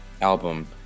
album